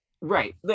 right